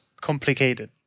complicated